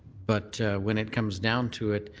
but when it comes down to it,